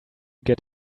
get